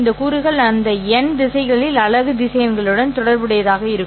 இந்த கூறுகள் அந்த n திசைகளில் அலகு திசையன்களுடன் தொடர்புடையதாக இருக்கும்